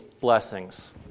blessings